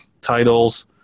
titles